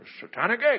Satanic